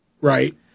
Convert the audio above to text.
Right